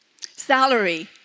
salary